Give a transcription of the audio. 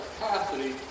capacity